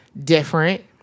different